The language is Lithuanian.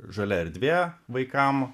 žalia erdvė vaikam